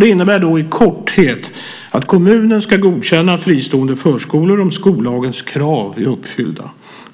Det innebär i korthet att kommunen ska godkänna fristående förskolor om skollagens krav är uppfyllda.